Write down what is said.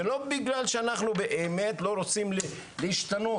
זה לא בגלל שאנחנו באמת לא רוצים להשתנות,